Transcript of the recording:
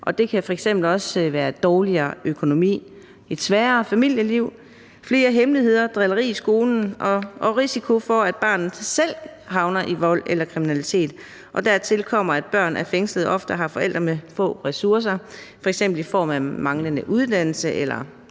f.eks. også være dårligere økonomi, et sværere familieliv, flere hemmeligheder, drilleri i skolen og risiko for, at barnet selv havner i vold eller kriminalitet. Dertil kommer, at børn af fængslede ofte har forældre med få ressourcer, f.eks. i form af manglende uddannelse, eller